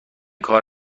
کار